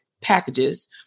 packages